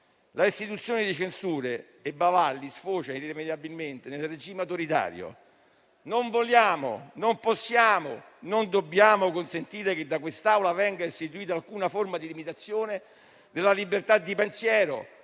L'istituzione di censure e bavagli sfocia inevitabilmente nel regime autoritario. Non vogliamo, non possiamo e non dobbiamo consentire che da quest'Aula venga istituita alcuna forma di limitazione della libertà di pensiero,